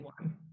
one